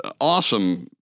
awesome